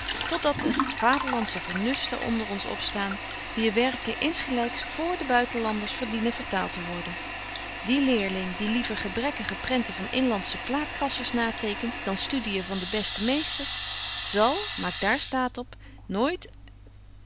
dat er vaderlansche vernuften onder ons opstaan wier werken insgelyks vr de buitenlanders verdienen vertaalt te worden die leerling die liever gebrekkige prenten van inlandsche plaatkrassers na tekent dan studiën van de beste meesters zal maak daar staat op nooit